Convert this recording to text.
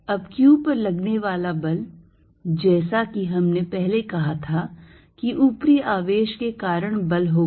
अब q पर लगने वाला बल जैसा कि हमने पहले कहा था कि ऊपरी आवेश के कारण बल होगा